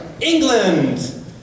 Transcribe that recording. England